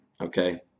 okay